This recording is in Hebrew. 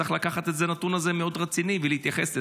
צריך לקחת את הנתון הזה מאוד ברצינות ולהתייחס לזה,